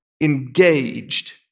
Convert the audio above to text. engaged